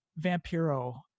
Vampiro